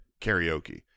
karaoke